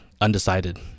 undecided